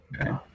Okay